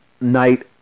night